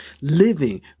living